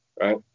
Right